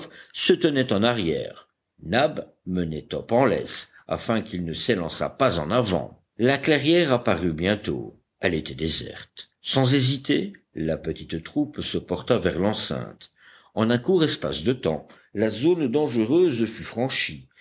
se tenait en arrière nab menait top en laisse afin qu'il ne s'élançât pas en avant la clairière apparut bientôt elle était déserte sans hésiter la petite troupe se porta vers l'enceinte en un court espace de temps la zone dangereuse fut franchie